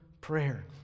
prayer